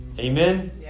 Amen